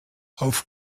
auf